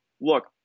look